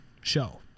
show